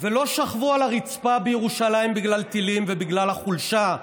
ולא שכבו על הרצפה בירושלים בגלל טילים ובגלל החולשה,